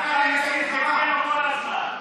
אתה מסית נגדנו כל הזמן.